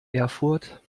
erfurt